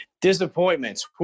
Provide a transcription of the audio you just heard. Disappointments